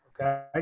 okay